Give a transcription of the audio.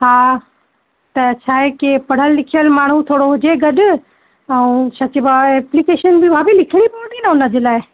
हा त छाहे की पढ़ियल लिखियल माण्हू थोरो हुजे गॾु ऐं छा चइबो आहे एप्लीकेशन बि भाभी लिखिणी पवंदी न हुनजे लाइ